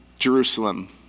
Jerusalem